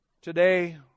Today